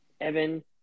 Evan